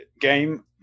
game